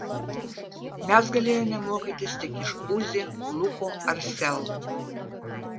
mes galėjome mokytis tik iš uzi luko ar sel